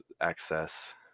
access